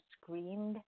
screamed